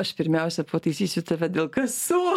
aš pirmiausia pataisysiu tave dėl kasų